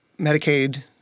Medicaid